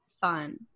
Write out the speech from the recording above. fun